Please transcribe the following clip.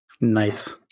Nice